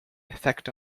effect